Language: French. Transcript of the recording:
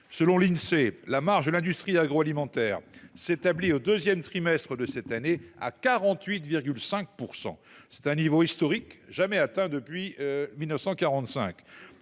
Selon l’Insee, la marge de l’industrie agroalimentaire s’établit au deuxième trimestre 2023 à 48,5 %. Il s’agit d’un niveau historique, jamais atteint depuis 1945.